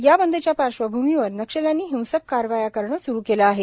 या बंदच्या पार्श्वभूमीवर नक्षल्यांनी हिंसक कारवाया करणे स्रु केले आहे